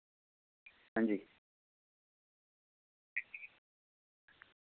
अंजी